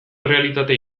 errealitate